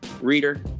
reader